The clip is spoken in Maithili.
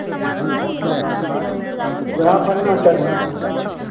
ह्म्म उएह बनना चाही